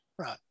Right